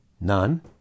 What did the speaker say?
none